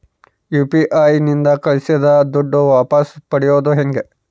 UPI ನಿಂದ ಕಳುಹಿಸಿದ ದುಡ್ಡು ವಾಪಸ್ ಪಡೆಯೋದು ಹೆಂಗ?